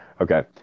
Okay